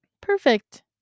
perfect